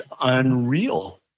unreal